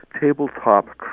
tabletop